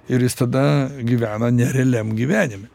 ir jis tada gyvena ne realiam gyvenime